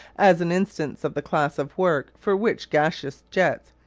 as an instance of the class of work for which gaseous jets,